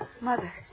Mother